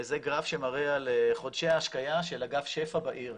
זה גרף שמראה על חודשי ההשקיה של אגף שפ"ע בעיר,